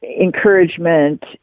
encouragement